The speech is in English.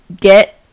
get